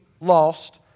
lost